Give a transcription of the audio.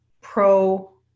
pro